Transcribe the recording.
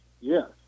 Yes